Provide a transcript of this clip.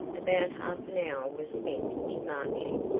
about half an hour was spent in marching,